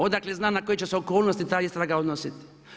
Odakle zna na koje će se okolnosti ta istraga odnositi.